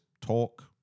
talk